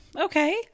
Okay